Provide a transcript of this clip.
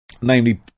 namely